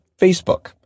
Facebook